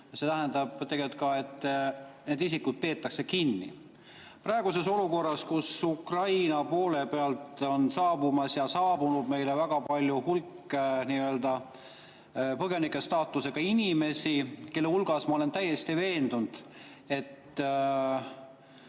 See tähendab, et need isikud peetakse kinni. Praeguses olukorras on Ukraina poole pealt saabumas ja saabunud meile väga palju, hulk põgenikustaatusega inimesi, kelle hulgas, ma olen täiesti veendunud, on